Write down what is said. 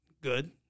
good